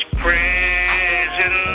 prison